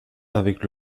avec